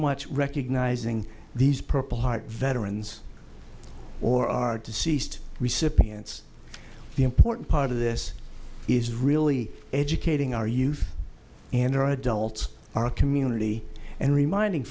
much recognizing these purple heart veterans or our deceased recipients the important part of this is really educating our youth and their adults our community and reminding